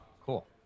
cool